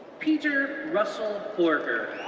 peter russell horger,